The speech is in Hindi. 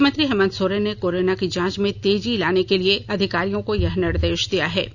मुख्यमंत्री हेमन्त सोरेन ने कोरोना की जांच में तेजी लाने के लिए अधिकारियों को यह निर्देश दिया है